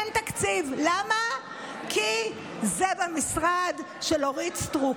אין תקציב, ולמה, כי זה במשרד של אורית סטרוק?